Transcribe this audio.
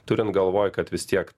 turint galvoj kad vis tiek